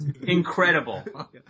Incredible